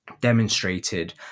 demonstrated